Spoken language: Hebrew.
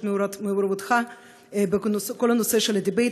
את מעורבותך בכל הנושא של הדיבייט.